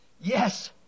Yes